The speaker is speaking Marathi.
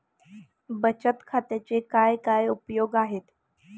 बचत खात्याचे काय काय उपयोग आहेत?